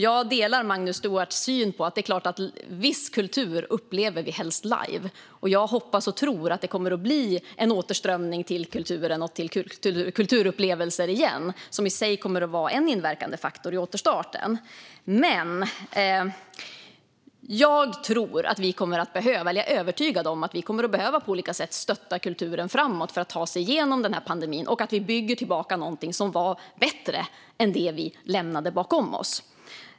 Jag delar Magnus Stuarts syn på att vi helst upplever viss kultur live. Jag hoppas och tror att det kommer att bli en återströmning till kulturen och till kulturupplevelser, som i sig kommer att vara en inverkande faktor i återstarten. Jag är dock övertygad om att vi på olika sätt kommer att behöva stötta kulturen framöver för att ta oss igenom pandemin och bygga tillbaka något som är bättre än det som vi lämnade bakom oss.